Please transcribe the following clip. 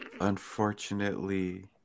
unfortunately